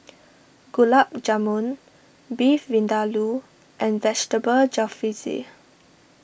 Gulab Jamun Beef Vindaloo and Vegetable Jalfrezi